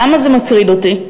למה זה מטריד אותי?